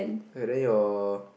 K then your